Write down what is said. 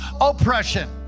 oppression